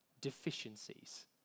deficiencies